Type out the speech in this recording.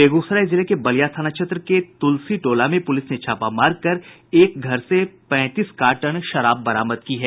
बेगूसराय जिले के बलिया थाना क्षेत्र के तुलसी टोला में पुलिस ने छापा मारकर एक घर से पैंतीस कार्टन विदेशी शराब बरामद की है